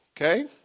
Okay